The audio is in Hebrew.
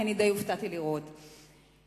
אני די הופתעתי לראות אותו.